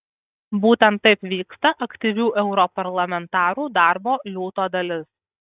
būtent taip vyksta aktyvių europarlamentarų darbo liūto dalis